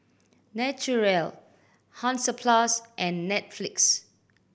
Naturel Hansaplast and Netflix